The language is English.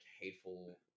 hateful